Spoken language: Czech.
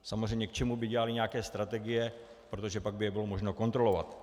Samozřejmě k čemu by dělaly nějaké strategie, protože pak by je bylo možno kontrolovat.